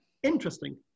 Interesting